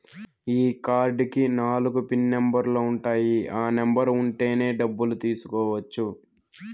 ఈ కార్డ్ కి నాలుగు పిన్ నెంబర్లు ఉంటాయి ఆ నెంబర్ ఉంటేనే డబ్బులు తీసుకోవచ్చు